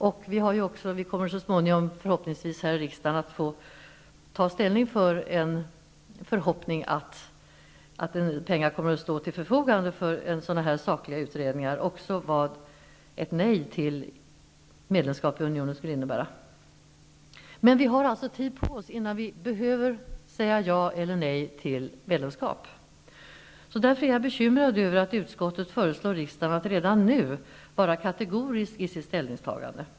Vi kommer ju förhoppningsvis så småningom här i riksdagen att se till att pengar står till förfogande också för sakliga utredningar av vad ett nej till medlemskap i Unionen skulle innebära. Vi har alltså nu tid på oss innan vi behöver säga ja eller nej till medlemskap. Jag är därför bekymrad över att utskottet föreslår riksdagen att redan nu vara kategorisk i sitt ställningstagande.